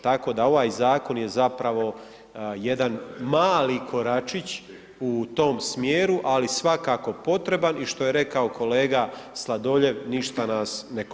Tako da ovaj zakon je zapravo jedan mali koračić u tom smjeru, ali svakako potreban i što je rekao kolega Sladoljev, ništa nas ne košta.